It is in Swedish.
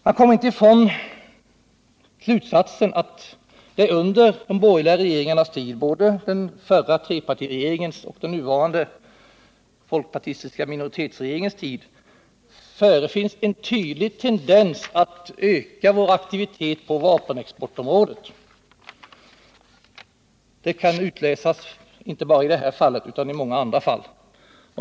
Man kommer inte ifrån slutsatsen att under de borgerliga regeringarnas tid — både under trepartiregeringens och den nuvarande folkpartistiska minoritetsregeringens tid — förefinns en tydlig tendens att öka vår aktivitet på vapenexportområdet. Det kan avläsas inte bara i det här fallet, utan i många andra fall.